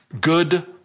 Good